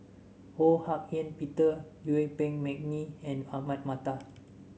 Ho Hak Ean Peter Yuen Peng McNeice and Ahmad Mattar